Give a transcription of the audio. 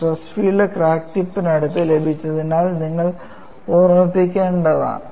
stress field crack ടിപ്പിനടുത്ത് ലഭിച്ചതിനാൽ നിങ്ങൾ ഓർമ്മിക്കേണ്ടതാണ്